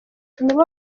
nibo